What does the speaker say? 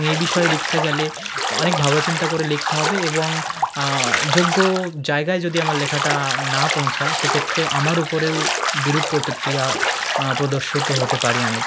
এই বিষয়ে লিখতে গেলে অনেক ভাবনা চিন্তা করে লিখতে হবে এবং যোগ্য জায়গায় যদি আমার লেখাটা না পৌঁছায় সেক্ষেত্রে আমার উপরেও বিরূপ প্রতিক্রিয়া প্রদর্শিত হতে পারি আমি